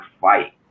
fight